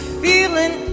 feeling